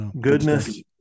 Goodness